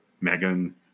Megan